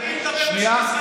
אני מדבר בשם ישראל ביתנו,